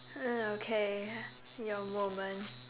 uh okay your moment